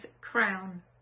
crown